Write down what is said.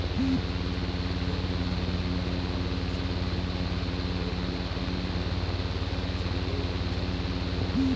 ढेर पानी अउरी खाद वाला फसल बोअला के बाद कम खाद पानी वाला फसल बोए के चाही